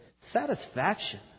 Satisfaction